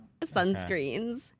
sunscreens